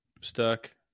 stuck